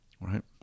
right